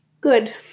good